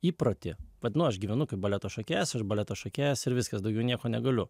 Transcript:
įprotį vat nu aš gyvenu kaip baleto šokėjas ir baleto šokėjas ir viskas daugiau nieko negaliu